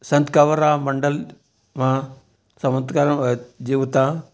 संत कवर राम मंडल मां जीव था